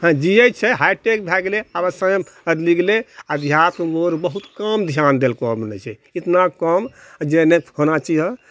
हँ जियैत छै हाईटेक भए गेलय आब समय बदली गेलय अध्यात्मके ओर बहुत कम ध्यान देलकौ बोलय छै इतना कम जे नहि होना चाहिओ